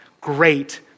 great